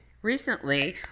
Recently